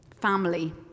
family